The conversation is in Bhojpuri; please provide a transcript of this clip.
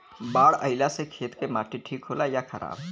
बाढ़ अईला से खेत के माटी ठीक होला या खराब?